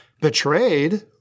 betrayed